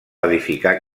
edificar